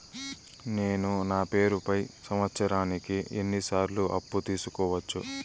నేను నా పేరుపై సంవత్సరానికి ఎన్ని సార్లు అప్పు తీసుకోవచ్చు?